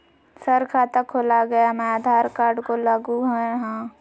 Sir खाता खोला गया मैं आधार कार्ड को लागू है हां?